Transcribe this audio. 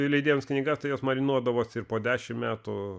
leidėjams knygas tai jos marinuodavosi ir po dešimt metų